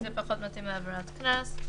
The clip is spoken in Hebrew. זה פחות מתאים לעבירת קנס.